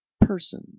person